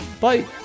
Bye